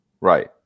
Right